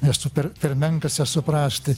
nes super per menkas ją suprasti